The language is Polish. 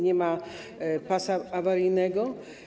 Nie ma pasa awaryjnego.